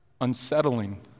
unsettling